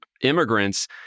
immigrants